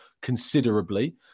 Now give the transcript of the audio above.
considerably